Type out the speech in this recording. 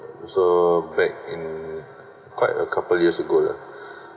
so back in quite a couple years ago lah